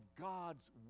god's